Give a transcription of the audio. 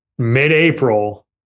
mid-April